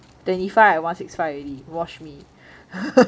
twenty five I one six five already watch me